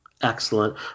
Excellent